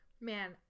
man